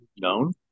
known